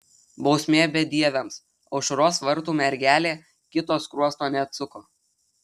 bausmė bedieviams aušros vartų mergelė kito skruosto neatsuko